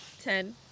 Ten